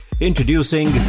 Introducing